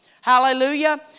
Hallelujah